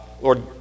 Lord